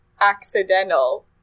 accidental